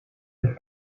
een